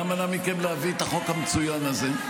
מה מנע מכם להביא את החוק המצוין הזה?